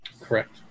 Correct